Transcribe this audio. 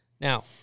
Now